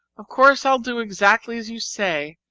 of course i'll do exactly as you say,